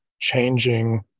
changing